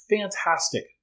fantastic